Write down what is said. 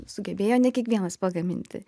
sugebėjo ne kiekvienas pagaminti